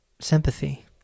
sympathy